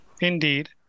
Indeed